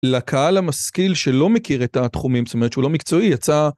לקהל המשכיל שלא מכיר את התחומים, זאת אומרת שהוא לא מקצועי יצא.